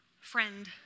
friend